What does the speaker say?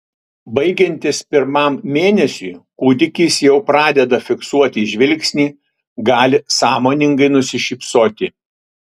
baigiantis pirmam mėnesiui kūdikis jau pradeda fiksuoti žvilgsnį gali sąmoningai nusišypsoti